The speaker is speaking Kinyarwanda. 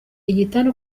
igitanda